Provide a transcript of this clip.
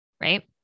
right